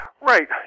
Right